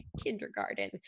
kindergarten